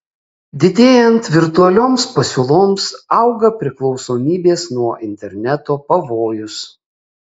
didėjant virtualioms pasiūloms auga priklausomybės nuo interneto pavojus